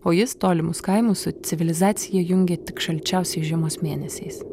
o jis tolimus kaimus su civilizacija jungia tik šalčiausiais žiemos mėnesiais